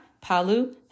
Palu